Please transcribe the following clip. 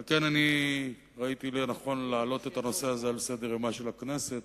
על כן אני ראיתי לנכון להעלות את הנושא הזה על סדר-יומה של הכנסת.